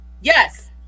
yes